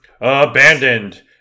Abandoned